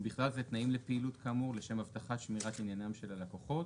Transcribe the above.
ובכלל זה תנאים לפעילות כאמור לשם אבטחת שמירת עניינם של הלקוחות